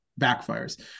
backfires